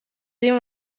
این